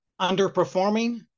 underperforming